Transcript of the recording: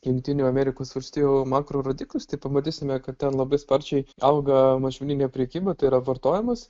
jungtinių amerikos valstijų makro rodiklius tai pamatysime kad ten labai sparčiai auga mažmeninė prekyba tai yra vartojimas